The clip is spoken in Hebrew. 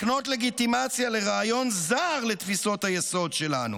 הן מקנות לגיטימציה לרעיון זר לתפיסות היסוד שלנו,